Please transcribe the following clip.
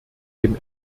dem